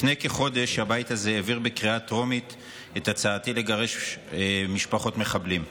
לפני כחודש הבית הזה העביר בקריאה הטרומית את הצעתי לגרש משפחות מחבלים.